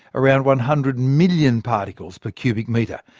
around one hundred and million particles per cubic metre.